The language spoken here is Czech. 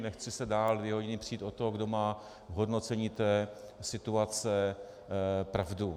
Nechci se dál dvě hodiny přít o to, kdo má v hodnocení té situace pravdu.